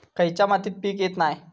खयच्या मातीत पीक येत नाय?